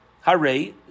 Hare